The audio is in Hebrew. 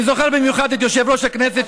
אני זוכר במיוחד את יושב-ראש הכנסת,